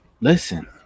listen